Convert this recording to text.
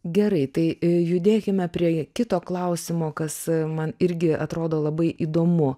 gerai tai judėkime prie kito klausimo kas man irgi atrodo labai įdomu